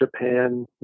Japan